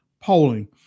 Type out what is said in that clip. polling